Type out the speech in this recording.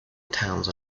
towns